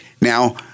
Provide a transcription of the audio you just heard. Now